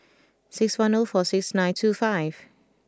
six one zero four six nine two five